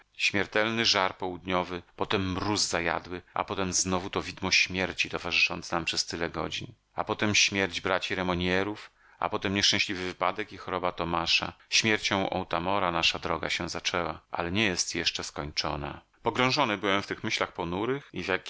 śmiertelny żar południowy potem mróz zajadły a potem znowu to widmo śmierci towarzyszące nam przez tyle godzin a potem śmierć braci remognerów a potem nieszczęśliwy wypadek i choroba tomasza śmiercią otamora nasza droga się zaczęła ale nie jest jeszcze skończona pogrążony byłem w tych myślach ponurych